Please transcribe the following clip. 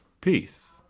Peace